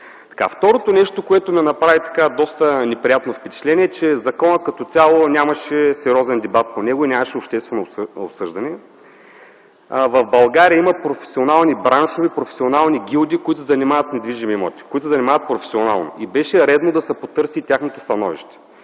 Второто нещо, което ми направи доста неприятно впечатление, е, че по закона като цяло нямаше сериозен дебат и нямаше обществено обсъждане. В България има професионални браншове, професионални гилдии, които се занимават с недвижими имоти, които се занимават професионално, и беше редно да се потърси и тяхното становище.